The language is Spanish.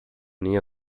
niño